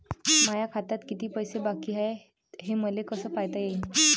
माया खात्यात किती पैसे बाकी हाय, हे मले कस पायता येईन?